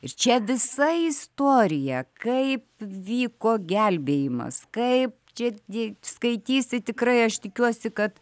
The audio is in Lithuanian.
ir čia visa istorija kaip vyko gelbėjimas kaip čia jei skaitysi tikrai aš tikiuosi kad